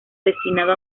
destinado